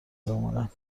بمانم